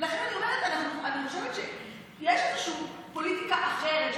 לכן אני אומרת שאני חושבת שיש איזושהי פוליטיקה אחרת,